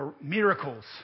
miracles